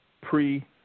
pre